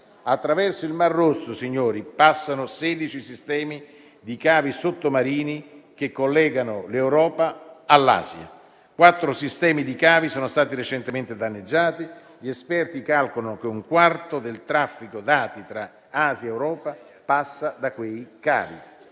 Attraverso il Mar Rosso passano 16 sistemi di cavi sottomarini che collegano l'Europa all'Asia e quattro sistemi di cavi sono stati recentemente danneggiati. Gli esperti calcolano che un quarto del traffico dati tra Asia ed Europa passa da quei cavi;